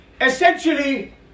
essentially